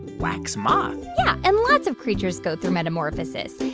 wax moth yeah. and lots of creatures go through metamorphosis.